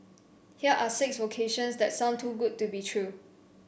here are six vocations that sound too good to be true